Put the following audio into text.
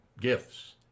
gifts